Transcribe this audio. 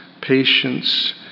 patience